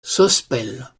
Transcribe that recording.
sospel